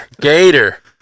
Gator